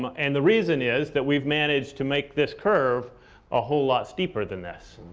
um and the reason is that we've managed to make this curve a whole lot steeper than this.